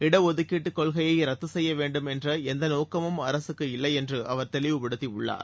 இட ஒதுக்கீட்டுக் கொள்கையை ரத்து செய்ய வேண்டும் என்ற எந்த நோக்கமும் அரசுக்கு இல்லை என்று அவர் தெளிவுபடுத்தியுள்ளார்